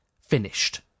Finished